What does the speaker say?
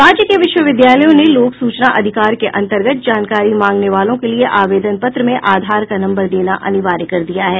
राज्य के विश्वविद्यालयों ने लोक सूचना अधिकार के अंतर्गत जानकारी मांगने वालों के लिये आवेदन पत्र में आधार का नम्बर देना अनिवार्य कर दिया है